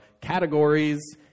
categories